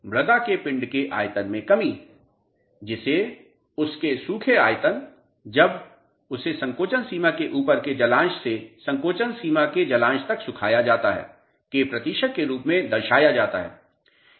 मृदा के पिंड के आयतन में कमी जिसे उसके सूखे आयतन जब उसे संकोचन सीमा से ऊपर के जलांश से संकोचन सीमा के जलांश तक सुखाया जाता है के प्रतिशत के रूप में दर्शाया जाता है